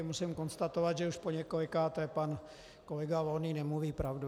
Musím konstatovat, že už poněkolikáté pan kolega Volný nemluví pravdu.